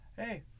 Hey